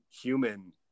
human